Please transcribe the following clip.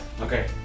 Okay